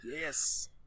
Yes